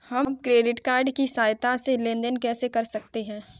हम credit card की सहायता से लेन देन कैसे कर सकते हैं?